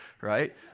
right